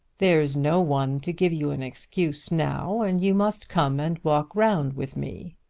there's no one to give you an excuse now, and you must come and walk round with me,